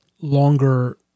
longer